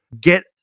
Get